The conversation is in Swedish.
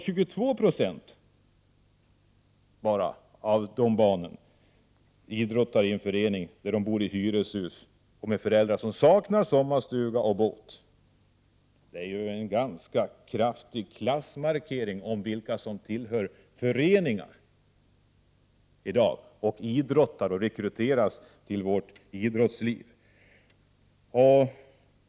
Bara 22 96 av barnen i hyreshus och med föräldrar som saknar sommarstuga och båt är medlemmar i en förening. Det är en ganska kraftig klassmarkering när det gäller dem som i dag tillhör föreningar, när det gäller dem som idrottar och rekryteras till vårt idrottsliv.